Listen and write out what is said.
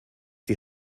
die